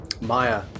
Maya